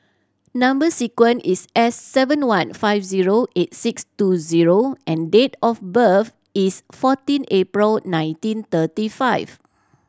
number sequence is S seven one five zero eight six two zero and date of birth is fourteen April nineteen thirty five